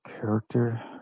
character